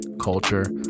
culture